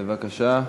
בבקשה,